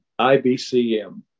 IBCM